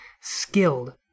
skilled